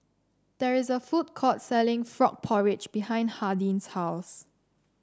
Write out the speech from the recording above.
there is a food court selling Frog Porridge behind Hardin's house